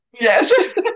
yes